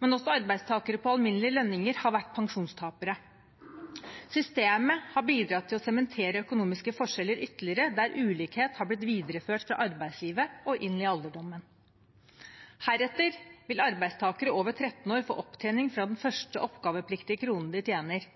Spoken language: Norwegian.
men også arbeidstakere med alminnelige lønninger har vært pensjonstapere. Systemet har bidratt til å sementere økonomiske forskjeller ytterligere, der ulikhet har blitt videreført fra arbeidslivet og inn i alderdommen. Heretter vil arbeidstakere over 13 år få opptjening fra den første oppgavepliktige kronen de tjener.